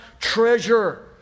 treasure